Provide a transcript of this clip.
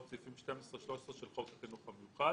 סעיפים 12 - 13 של חוק החינוך המיוחד".